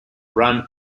run